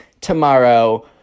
tomorrow